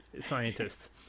scientists